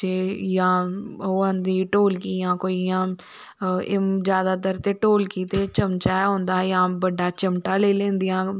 ते जां ओह् आंदी ढोलकी जां ज्यादातर ते ढोलकी ते चमचा गै होंदा है जां बड्डा चमटा लेई लैंदिंया